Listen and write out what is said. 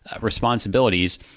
responsibilities